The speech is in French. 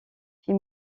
fit